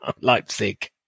leipzig